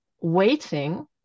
waiting